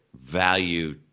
value